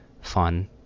fun